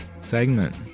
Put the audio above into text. segment